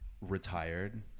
retired